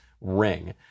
Ring